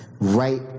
right